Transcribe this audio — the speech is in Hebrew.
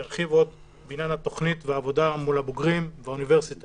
ירחיב עוד בעניין התכנית והעבודה מול הבוגרים באוניברסיטה